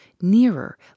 nearer